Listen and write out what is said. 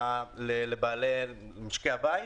ממשקי הבית.